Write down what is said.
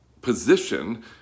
position